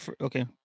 Okay